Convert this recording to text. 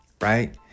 right